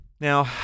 Now